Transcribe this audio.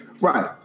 Right